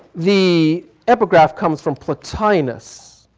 the epigraph comes from plotinus.